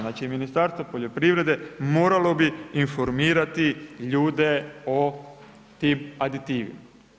Znači Ministarstvo poljoprivrede moralo bi informirati ljude o tim aditivima.